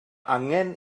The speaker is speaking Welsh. angen